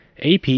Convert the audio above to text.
AP